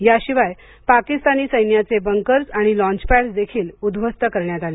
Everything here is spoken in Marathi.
याशिवाय पाकिस्तानी सैन्याचे बँकर्स आणि लॉन्च पॅडस देखील उद्धवस्त करण्यात आले